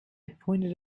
pointed